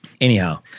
anyhow